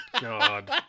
God